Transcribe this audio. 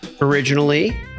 originally